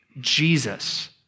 Jesus